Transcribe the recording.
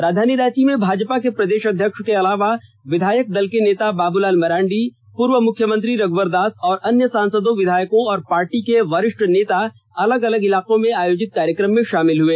राजधानी रांची में भाजपा के प्रदेष अध्यक्ष के अलावा विधायक दल के नेता बाबूलाल मरांडी पूर्व मुख्यमंत्री रघ्यवर दास और अन्य सांसदों विधायकों और पार्टी के वरिष्ठ नेता अलग अलग इलाकों में आयोजित कार्यक्रम में शामिल हुए